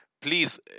please